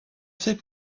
faits